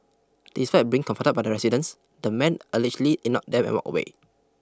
despite being confronted by the residents the man allegedly ignored them and walked away